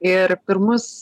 ir pirmus